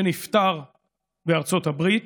שנפטר בארצות הברית.